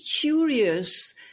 curious